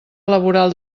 laboral